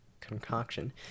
concoction